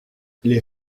les